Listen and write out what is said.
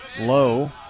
low